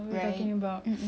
right mmhmm